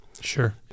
Sure